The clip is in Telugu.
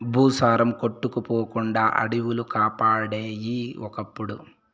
భూసారం కొట్టుకుపోకుండా అడివిలు కాపాడేయి ఒకప్పుడు